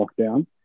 lockdown